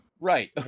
Right